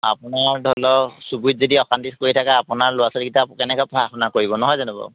আপোনাৰ ধৰি লওক চুবুৰীত অশান্তি কৰি থাকে আপোনাৰ ল'ৰা ছোৱালীকেইটাকো কেনেকৈ পঢ়া শুনা কৰিব নহয় জানো বাৰু